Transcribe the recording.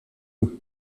nom